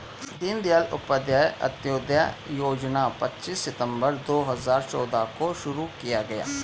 दीन दयाल उपाध्याय अंत्योदय योजना पच्चीस सितम्बर दो हजार चौदह को शुरू किया गया